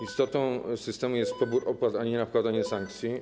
Istotą systemu jest pobór opłat, a nie nakładanie sankcji.